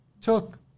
took